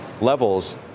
levels